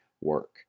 work